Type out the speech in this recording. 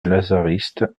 lazaristes